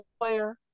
player